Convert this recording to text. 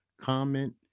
comment